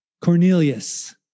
Cornelius